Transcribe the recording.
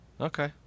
Okay